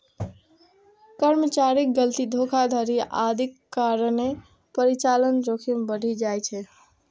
कर्मचारीक गलती, धोखाधड़ी आदिक कारणें परिचालन जोखिम बढ़ि जाइ छै